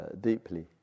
deeply